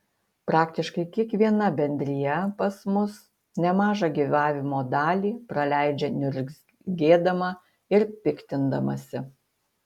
praktiškai kiekviena bendrija pas mus nemažą gyvavimo dalį praleidžia niurzgėdama ir piktindamasi